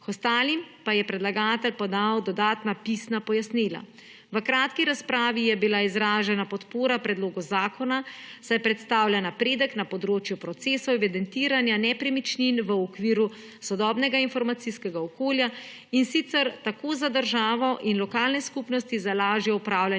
K ostalim pa je predlagatelj podal dodatna pisna pojasnila. V kratki razpravi je bila izražena podpora predlogu zakona, saj predstavlja napredek na področju procesov evidentiranja nepremičnin v okviru sodobnega informacijskega okolja, in sicer tako za državo in lokalne skupnosti za lažje opravljanje